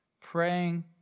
praying